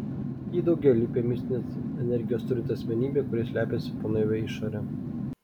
ji daugialypė mistinės energijos turinti asmenybė kuri slepiasi po naivia išore